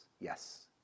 yes